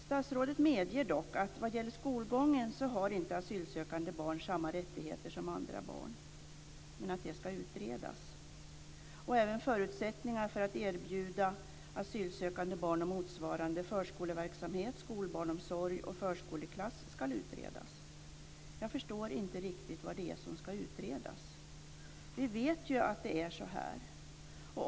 Statsrådet medger dock att vad gäller skolgången har asylsökande barn inte samma rättigheter som andra barn, men säger att det ska utredas. Även förutsättningar för att erbjuda asylsökande barn och motsvarande förskoleverksamhet, skolbarnsomsorg och förskoleklass ska utredas. Jag förstår inte riktigt vad det är som ska utredas. Vi vet ju att det är så här.